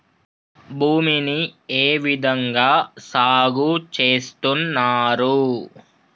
భూమిని ఏ విధంగా సాగు చేస్తున్నారు?